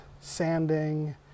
sanding